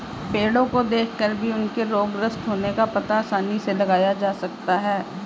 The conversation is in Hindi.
पेड़ो को देखकर भी उनके रोगग्रस्त होने का पता आसानी से लगाया जा सकता है